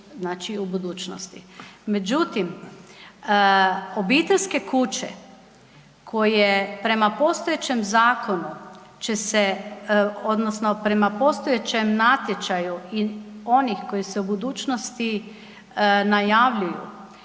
znači u budućnosti. Međutim, obiteljske kuće koje prema postojećem zakonu će se, odnosno prema postojećem natječaju i onih koji se u budućnosti najavljuju,